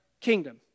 kingdom